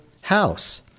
house